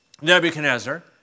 Nebuchadnezzar